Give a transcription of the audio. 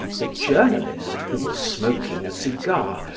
the journalist, who was smoking a cigar,